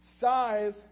size